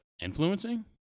influencing